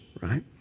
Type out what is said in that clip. Right